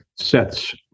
sets